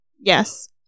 Yes